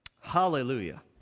Hallelujah